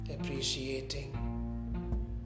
appreciating